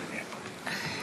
(חברי הכנסת מכבדים בקימה את צאת נשיא המדינה מאולם המליאה.)